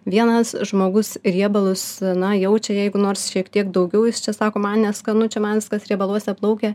vienas žmogus riebalus na jaučia jeigu nors šiek tiek daugiau jis čia sako man neskanu čia man viskas riebaluose plaukia